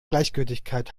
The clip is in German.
gleichgültigkeit